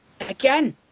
again